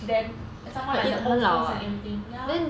then someone like the old folks and everything ya